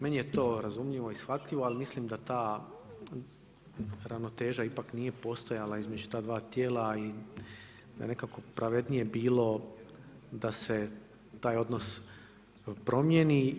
Meni je to razumljivo i shvatljivo ali mislim da ta ravnoteža ipak nije postojala između ta dva tijela i da je nekako pravednije bilo da se taj odnos promijeni.